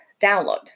download